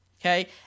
Okay